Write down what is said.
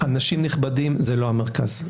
אנשים נכבדים, זה לא המרכז.